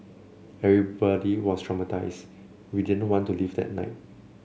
everybody was traumatised we didn't want to leave that night